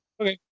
Okay